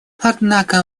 однако